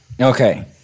Okay